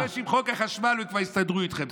אני מקווה שעם חוק החשמל כבר יסתדרו איתכם.